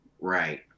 Right